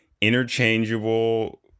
interchangeable